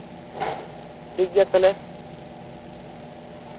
ᱴᱷᱤᱠ ᱜᱮᱭᱟ ᱛᱟᱞᱦᱮ